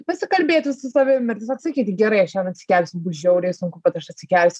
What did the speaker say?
pasikalbėti su savim ir tiesiog sakyti gerai aš šiandien atsikelsiu bus žiauriai sunku bet aš atsikelsiu